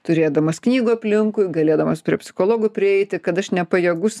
turėdamas knygų aplinkui galėdamas prie psichologų prieiti kad aš nepajėgus